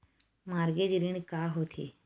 Mortgage ऋण का होथे?